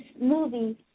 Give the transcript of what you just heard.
movie